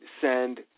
send